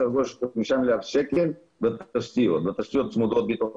סדר גודל של 5 מיליארד שקלים בתשתיות בתוך הרשויות